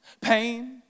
pain